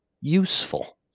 useful